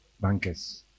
bankers